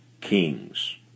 kings